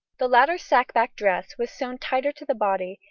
the later sack-back dress was sewn tighter to the body,